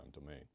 domain